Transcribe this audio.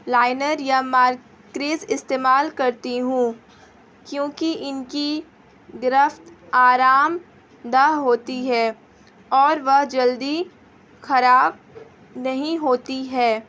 liner یا markers استعمال کرتی ہوں کیونکہ ان کی گرفت آرام دہ ہوتی ہے اور وہ جلدی خراب نہیں ہوتی ہے